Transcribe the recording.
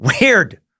weird